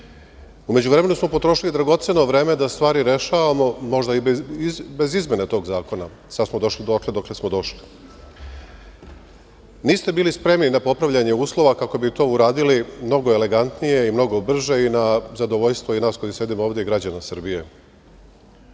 međuvremenu smo potrošili dragoceno vreme da stvari rešavamo možda i bez izmene tog zakona. Sada smo došli dotle dokle smo došli. Niste bili spremni na popravljanje uslova kako bi to uradili mnogo elegantnije i mnogo brže i na zadovoljstvo i nas koji sedimo ovde i građana Srbije.